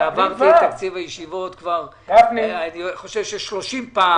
עברתי את תקציב הישיבות כבר 30 פעם.